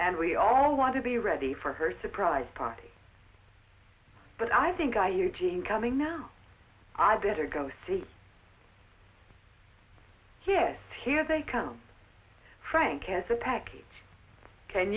and we all want to be ready for her surprise party but i think i eugene coming now i'd better go see yes here they come frank has a package can